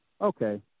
Okay